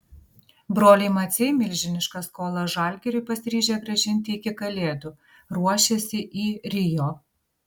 broliai maciai milžinišką skolą žalgiriui pasiryžę grąžinti iki kalėdų ruošiasi į rio